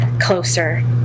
closer